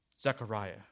Zechariah